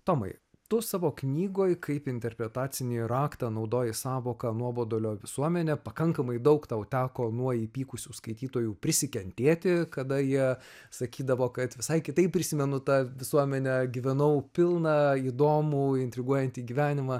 tomai tu savo knygoj kaip interpretacinį raktą naudoji sąvoką nuobodulio visuomenė pakankamai daug tau teko nuo įpykusių skaitytojų prisikentėti kada jie sakydavo kad visai kitaip prisimenu tą visuomenę gyvenau pilną įdomų intriguojantį gyvenimą